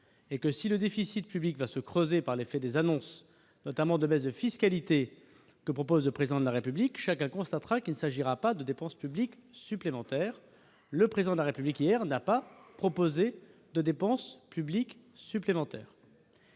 Si le déficit public se creuse par l'effet des mesures, notamment de baisse de fiscalité, annoncées par le Président de la République, chacun constatera qu'il ne s'agira pas de dépenses publiques supplémentaires. Le Président de la République hier n'a pas proposé de dépenses publiques supplémentaires